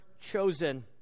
chosen